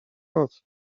nocy